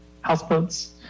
houseboats